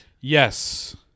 Yes